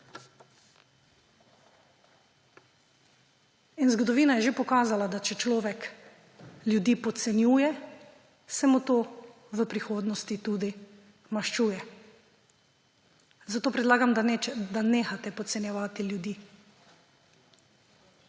Zgodovina je že pokazala, da če človek ljudi podcenjuje, se mu to v prihodnosti tudi maščuje. Zato predlagam, da nehate podcenjevati ljudi.